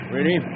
Ready